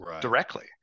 directly